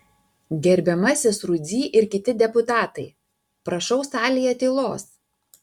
gerbiamasis rudzy ir kiti deputatai prašau salėje tylos